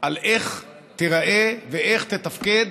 על איך תיראה ואיך תתפקד